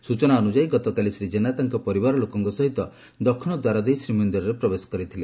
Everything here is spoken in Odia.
ମିଳିଥିବା ସ୍ଚନା ଅନୁସାରେ ଗତକାଲି ଶ୍ରୀ ଜେନା ତାଙ୍କ ପରିବାରର ଲୋକଙ୍କ ସହିତ ଦକ୍ଷିଣ ଦ୍ୱାର ଦେଇ ଶ୍ରୀ ମନ୍ଦିରରେ ପ୍ରବେଶ କରିଥିଲେ